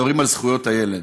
מדברים על זכויות הילד,